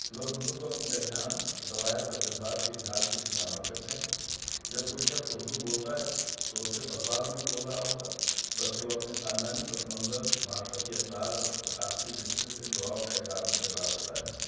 لوگ اردو کو اپنی پہچان روایت اور جذبات کے اظہار کے لیے استعمال کرتے ہیں جب کوئی شخص اردو بولتا ہے تو وہ صرف الفاظ نہیں بول رہا ہوتا بلکہ وہ اپنے خاندانی پس منظر معاشرتی اقدار اور ثقافتی ورثے سے جڑاؤ کا اظہار بھی کر رہا ہوتا ہے